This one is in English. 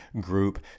group